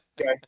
okay